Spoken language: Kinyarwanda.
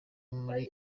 muri